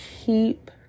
keep